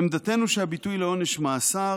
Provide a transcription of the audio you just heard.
"עמדתנו היא שהביטוי לעונש מאסר